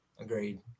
Agreed